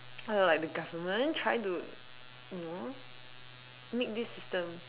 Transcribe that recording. I don't know like the government trying to make this system